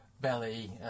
Belly